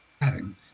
adding